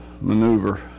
maneuver